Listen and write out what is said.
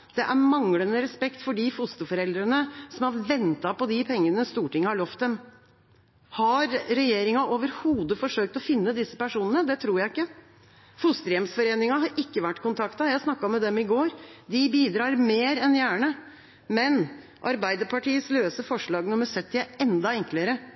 Det er manglende respekt for de fosterforeldrene som har ventet på pengene Stortinget har lovt dem. Har regjeringa overhodet forsøkt å finne disse personene? Det tror jeg ikke. Fosterhjemsforeningen har ikke vært kontaktet. Jeg snakket med dem i går. De bidrar mer enn gjerne. Men Arbeiderpartiets løse forslag nr. 70 er enda enklere.